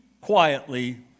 quietly